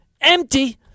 Empty